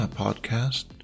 podcast